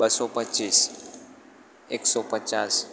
બસો પચીસ એકસો પચાસ